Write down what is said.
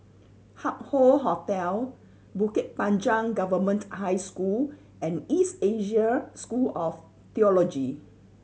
Hup Hoe Hotel Bukit Panjang Government High School and East Asia School of Theology